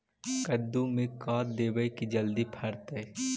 कददु मे का देबै की जल्दी फरतै?